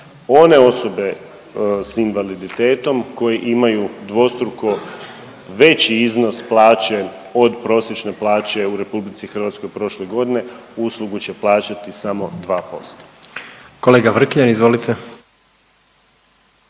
One osobe s invaliditetom koje imaju dvostruko veći iznos plaće od prosječne plaće u RH prošle godine uslugu će plaćati samo 2%. **Jandroković, Gordan